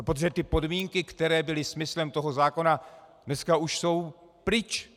Protože ty podmínky, které byly smyslem toho zákona, dneska už jsou pryč.